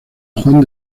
juan